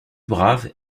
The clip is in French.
brave